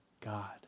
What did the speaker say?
God